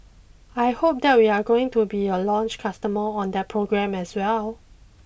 I hope that we're going to be a launch customer on that program as well